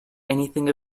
anything